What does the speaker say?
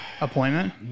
appointment